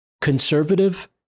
conservative